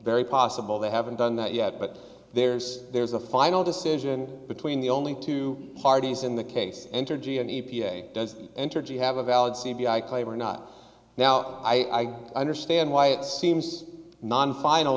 very possible they haven't done that yet but there's there's a final decision between the only two parties in the case entergy an e p a does entergy have a valid c b i claim or not now i understand why it seems non final